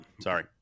sorry